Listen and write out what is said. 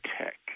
Tech